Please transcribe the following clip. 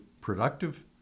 productive